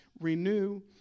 renew